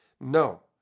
No